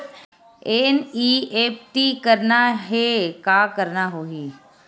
NEFT करना हे का करना होही?